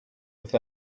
with